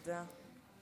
תודה.